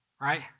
Right